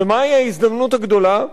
ומהי ההזדמנות הגדולה,